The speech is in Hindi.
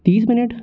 तीस मिनट